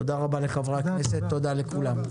תודה רבה לחברי הכנסת, תודה רבה לכולם.